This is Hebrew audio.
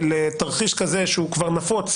לתרחיש כזה שהוא כבר נפוץ,